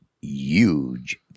Huge